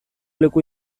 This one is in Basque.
leku